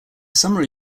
summary